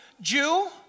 Jew